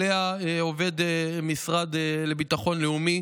שעליה עובד המשרד לביטחון לאומי